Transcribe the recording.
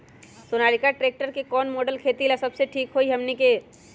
Sonalika tractor के कौन model खेती ला सबसे ठीक होई हमने की?